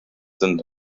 sind